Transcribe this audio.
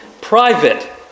private